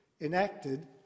enacted